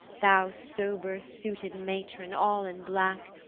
thou sober-suited matron, all in black,